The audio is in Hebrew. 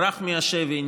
ברח מהשבי,